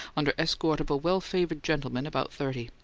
under escort of a well-favoured gentleman about thirty.